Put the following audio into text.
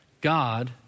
God